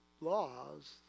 laws